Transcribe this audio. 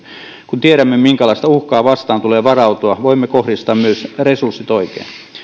kun tiedämme minkälaista uhkaa vastaan tulee varautua voimme kohdistaa myös resurssit oikein